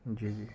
جی جی